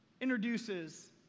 introduces